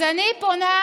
אז אני פונה,